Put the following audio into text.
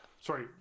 Sorry